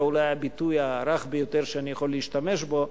אולי זה הביטוי הרך ביותר שאני יכול להשתמש בו,